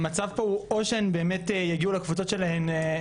המצב פה הוא או שהן באמת יגיעו לקבוצות שלהן,